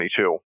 2022